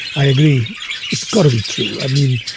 i agree it's got to be true. i mean,